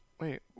Wait